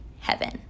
heaven